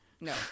No